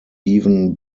even